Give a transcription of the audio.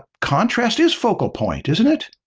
contrast is focal point, isn't it?